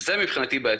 וזה מבחינתי בעייתי.